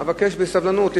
אבקש סבלנות.